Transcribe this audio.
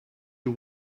you